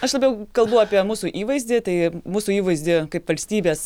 aš labiau kalbu apie mūsų įvaizdį tai mūsų įvaizdį kaip valstybės